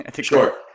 Sure